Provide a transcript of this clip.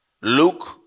Luke